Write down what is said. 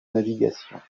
navigation